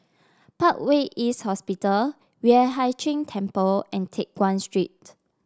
Parkway East Hospital Yueh Hai Ching Temple and Teck Guan Street